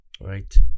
Right